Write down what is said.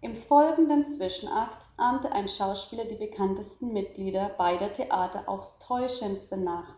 im folgenden zwischenakt ahmte ein schauspieler die bekanntesten mitglieder beider theater auf's täuschendste nach